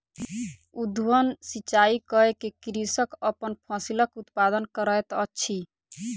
उद्वहन सिचाई कय के कृषक अपन फसिलक उत्पादन करैत अछि